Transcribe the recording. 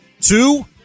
Two